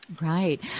Right